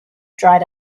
dried